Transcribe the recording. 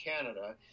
Canada